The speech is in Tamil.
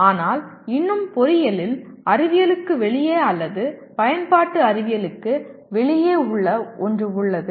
ஆனால் இன்னும் பொறியியலில் அறிவியலுக்கு வெளியே அல்லது பயன்பாட்டு அறிவியலுக்கு வெளியே உள்ள ஒன்று உள்ளது